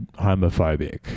homophobic